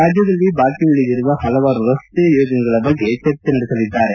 ರಾಜ್ಯದಲ್ಲಿ ಬಾಕಿ ಉಳಿದಿರುವ ಹಲವಾರು ರಸ್ತೆ ಯೋಜನೆಗಳ ಬಗ್ಗೆ ಚರ್ಚೆ ನಡೆಸಲಿದ್ದಾರೆ